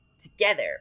together